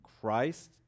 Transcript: Christ